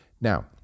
Now